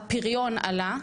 הפריון עלה,